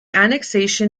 annexation